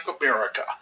America